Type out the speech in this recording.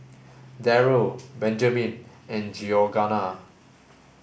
Darryl Benjamin and Georganna